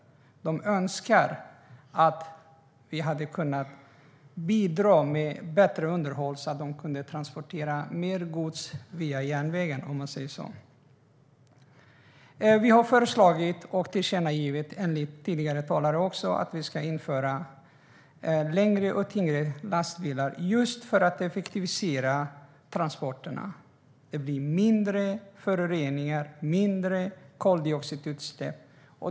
De önskar att vi hade kunnat bidra med bättre underhåll så att de skulle kunna transportera mer gods via järnvägen. Vi har föreslagit och tillkännagivit, enligt vad tidigare talare också har sagt, att man ska införa längre och tyngre lastbilar just för att effektivisera transporterna. Det blir mindre föroreningar och mindre koldioxidutsläpp.